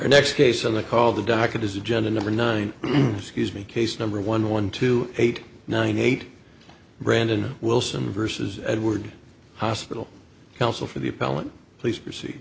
next case and the call the docket is agenda number nine scuse me case number one one two eight nine eight brandon wilson versus edward hospital counsel for the appellant please p